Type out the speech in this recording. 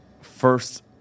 first